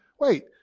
wait